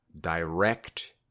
direct